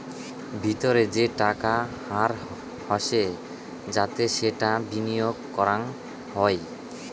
ভিতরে যে টাকার হার হসে যাতে সেটা বিনিয়গ করাঙ হউ